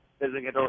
visiting